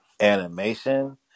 animation